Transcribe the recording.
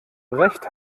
recht